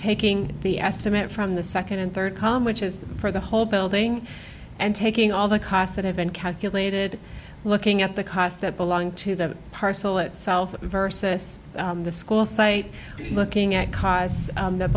taking the estimate from the second and third column which is for the whole building and taking all the costs that have been calculated looking at the cost that belong to the parcel itself versus the school site looking at c